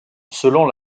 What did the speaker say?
selon